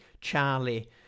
Charlie